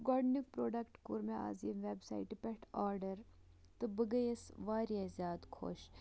گۄڈٕنیُک پرٛڈوکٹ کوٚر مےٚ آز ییٚمہِ ویبسایٹہِ پٮ۪ٹھ آرڈَر تہٕ بہٕ گٔیَس واریاہ زیادٕ خۄش